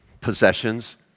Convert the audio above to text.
possessions